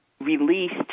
released